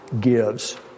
gives